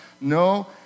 No